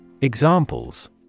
Examples